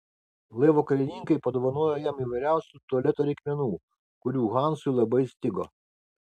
laivo karininkai padovanojo jam įvairiausių tualeto reikmenų kurių hansui labai stigo